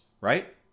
right